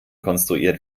konstruiert